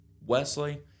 Wesley